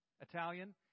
Italian